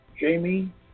Jamie